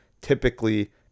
typically